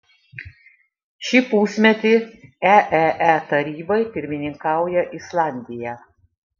šį pusmetį eee tarybai pirmininkauja islandija